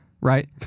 right